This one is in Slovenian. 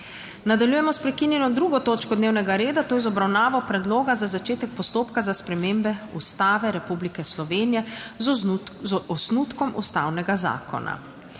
**Nadaljujemo s****prekinjeno 2. točko dnevnega reda, to je z obravnavo Predloga za začetek postopka za spremembe Ustave Republike Slovenije z osnutkom ustavnega zakona.**